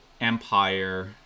Empire